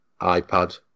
iPad